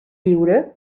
lliure